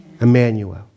Emmanuel